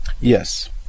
yes